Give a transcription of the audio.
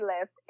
left